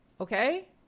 okay